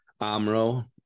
Amro